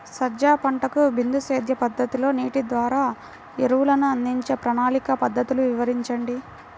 సజ్జ పంటకు బిందు సేద్య పద్ధతిలో నీటి ద్వారా ఎరువులను అందించే ప్రణాళిక పద్ధతులు వివరించండి?